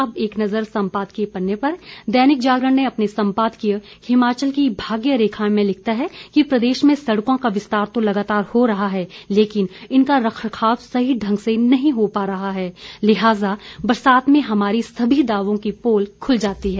अब एक नज़र सम्पादकीय पन्ने पर दैनिक जागरण ने अपने सम्पादकीय हिमाचल की भाग्य रेखाए में लिखता है कि प्रदेश में सड़कों का विस्तार तो लगातार हो रहा है लेकिन इनका रखरखाव सही ढंग से नहीं हो पा रहा है लिहाजा बरसात में हमारे सभी दावों की पोल खूल जाती है